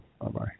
Bye-bye